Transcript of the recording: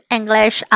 English